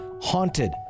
haunted